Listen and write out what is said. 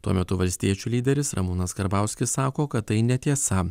tuo metu valstiečių lyderis ramūnas karbauskis sako kad tai netiesa